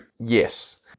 yes